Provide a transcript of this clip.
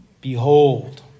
Behold